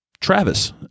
Travis